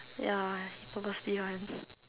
ya he purposely [one]